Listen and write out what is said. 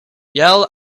yell